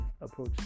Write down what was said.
approach